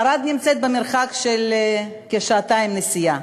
ערד נמצאת במרחק כשעתיים נסיעה.